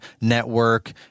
network